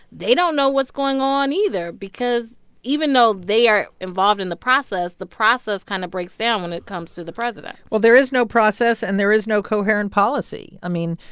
they don't know what's going on either. because even though they are involved in the process, the process kind of breaks down when it comes to the president well, there is no process, and there is no coherent policy. i mean,